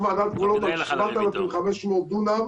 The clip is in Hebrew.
אבל נפתח ועדת גבולות על 7,500 דונם,